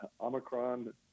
Omicron